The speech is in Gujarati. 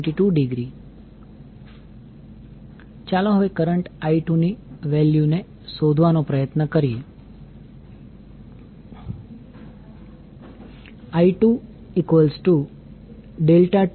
22° ચાલો હવે કરંટ I2ની વેલ્યુ ને શોધવાનો પ્રયત્ન કરીએ I2∆2∆416